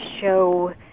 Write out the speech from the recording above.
show